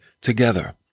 together